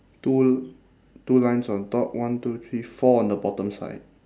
two l~ two lines on top one two three four on the bottom side